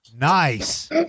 Nice